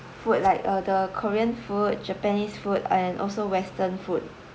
food like uh the korean food japanese food and also western food